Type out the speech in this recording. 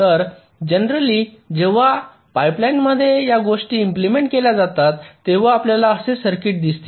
तर जेनेरली जेव्हा पाइपलाइनमध्ये या गोष्टी इम्प्लिमेंट केल्या जातात तेव्हा आपल्याला असे सर्किट्स दिसतील